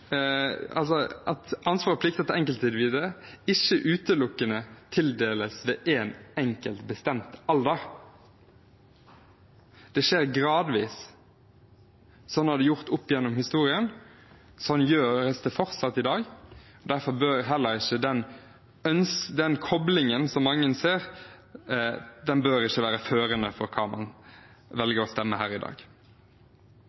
tildeles ved én enkelt, bestemt alder. Det skjer gradvis. Sånn har det vært gjort opp gjennom historien, sånn gjøres det fortsatt i dag. Derfor bør heller ikke den koblingen som mange ser, være førende for hva man